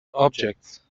objects